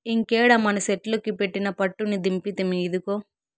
ఇంకేడ మనసెట్లుకు పెట్టిన పట్టుని దింపితిమి, ఇదిగో